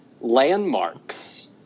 landmarks